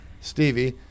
Stevie